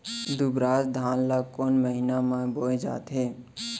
दुबराज धान ला कोन महीना में बोये जाथे?